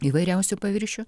įvairiausių paviršių